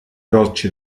rocce